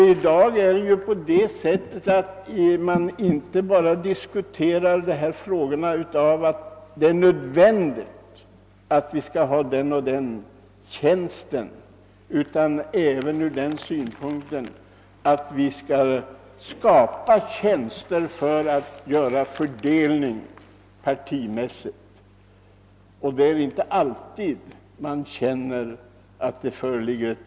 I dag diskuterar man inte dessa tjänster utifrån det behov som föreligger, utan med hänsyn till nödvändigheten att möjliggöra en rättvis fördelning av posterna mellan partierna.